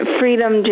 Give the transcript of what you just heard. freedom